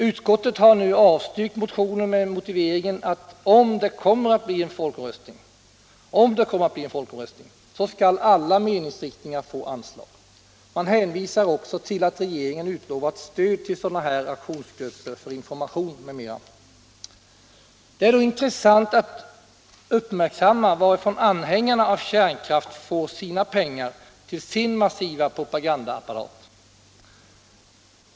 Utskottet har nu avstyrkt motionen med motiveringen att om det skulle bli en folkomröstning så skall alla meningsriktningar få anslag. Man hänvisar också till att regeringen utlovat stöd till liknande aktionsgrupper för information m.m. En intressant fråga i sammanhanget är varifrån kärnkraftsanhängarna får sina pengar till sin massiva propagandaapparat.